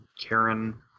Karen